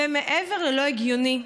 ומעבר ללא הגיוני,